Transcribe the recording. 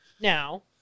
now